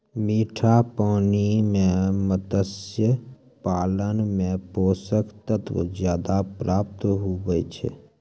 मीठा पानी मे मत्स्य पालन मे पोषक तत्व ज्यादा प्राप्त हुवै छै